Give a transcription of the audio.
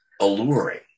alluring